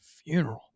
funeral